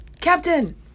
Captain